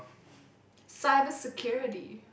cyber security